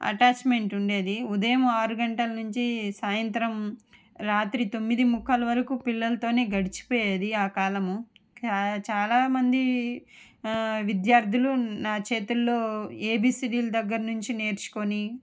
attachment ఉండేది ఉదయము ఆరు గంటల నుంచి సాయంత్రం రాత్రి తొమ్మిది ముక్కాలు వరకు పిల్లలతోనే గడిచిపోయేది ఆ కాలము ఇంకా చాలా మంది విద్యార్థులు నా చేతుల్లో ఎబీసీడీల దగ్గర నుంచి నేర్చుకొని